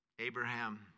Abraham